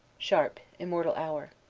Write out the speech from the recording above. sharp immortal hour.